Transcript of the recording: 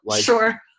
Sure